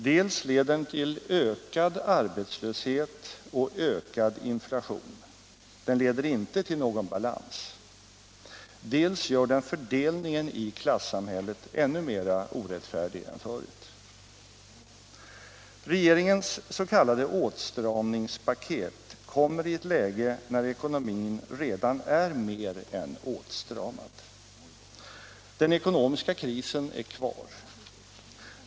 Dels leder den till ökad arbetslöshet och ökad inflation — den leder inte heller till någon balans —, dels gör den fördelningen i klassamhället ännu mera orättfärdig än förut. Regeringens s.k. åtstramningspaket kommer i ett läge där ekonomin redan är mer än åtstramad. Den ekonomiska krisen är kvar.